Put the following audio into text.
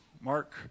Mark